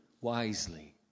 wisely